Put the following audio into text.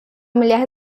mulher